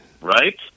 right